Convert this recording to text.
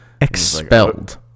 Expelled